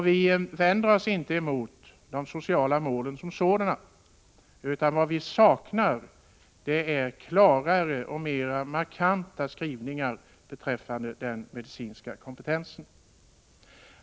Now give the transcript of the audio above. Vi vänder oss inte mot de sociala målen som sådana, utan vad vi saknar är klarare och mera markanta skrivningar beträffande den medicinska kompetensen.